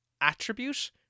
attribute